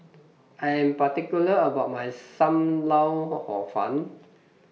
I Am particular about My SAM Lau Hor Fun